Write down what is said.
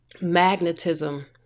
magnetism